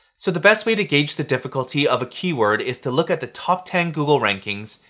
so the best way to gauge the difficulty of a keyword is to look at the top ten google rankings,